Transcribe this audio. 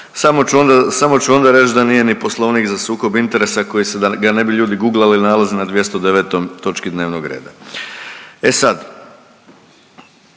samo ću onda reći da nije ni Poslovnik za sukob interesa, koji se, da ga ne bi ljudi guglali, nalazi na 209. točki dnevnog reda. E sad,